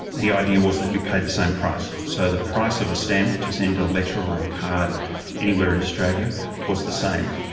the idea was that you paid the same price. so the price of a stamp to send a letter or a card anywhere in australia was the same.